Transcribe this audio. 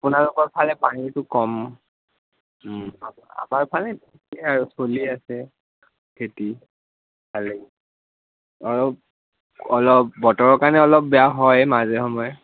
আপোনালোকৰ ফালে পানীটো কম আমাৰ ফালে কি আৰু চলি আছে খেতি খালি অঁ অলপ বতৰৰ কাৰণে অলপ বেয়া হয় মাজে সময়ে